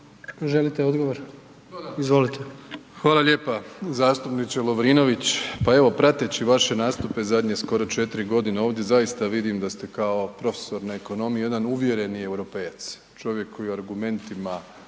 Andrej (HDZ)** Hvala lijepa zastupniče Lovrinović. Pa evo, prateći vaše nastupe zadnje skoro 4 g. ovdje, zaista vidim da ste kao profesor na Ekonomiji, jedan uvjereni europejac, čovjek koji argumentima